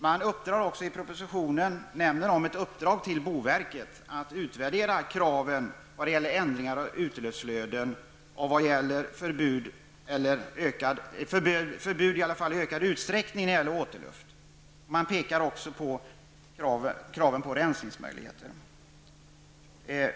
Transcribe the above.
Man nämner i propositionen ett uppdrag till boverket att utvärdera kraven vad gäller förändringar i utluftsflödet och vad gäller förbud i ökad utsträckning när det gäller återluften. Man pekar också på kraven på rensningsmöjligheter.